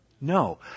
No